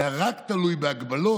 זה היה תלוי רק בהגבלות,